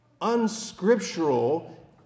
unscriptural